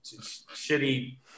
shitty